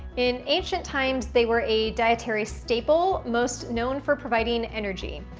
in ancient times they were a dietary staple most known for providing energy,